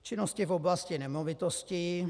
Činnosti v oblasti nemovitostí.